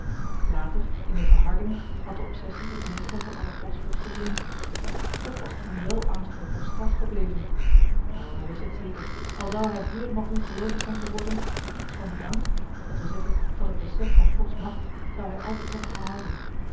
later in de verharding had de obsessie het meest hem van alle godsvrucht vervreemd toch was toen wèl angst voor gods straf gebleven o hij wist het zeker al zou hij heelemaal ongeloovig zijn geworden iets van dien angst d w z van het besef van gods macht zou hij altijd hebben gehouden